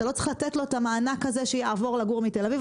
אתה לא צריך לתת לו את המענק הזה כדי שיעבור מתל אביב.